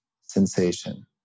sensation